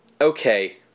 Okay